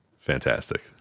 Fantastic